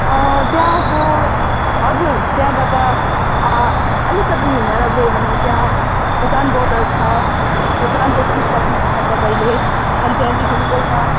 त्यहाँको हजुर त्यहाँबाट आलिकति हिँडेर गयो भने त्यहाँ भुटान बोर्डर छ भुटान देख्नु सक्नुहुन्छ तपाईँले अनि त्यहाँदेखि एउटा